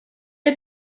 did